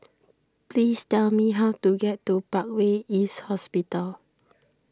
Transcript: please tell me how to get to Parkway East Hospital